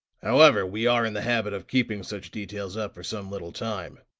however, we are in the habit of keeping such details up for some little time.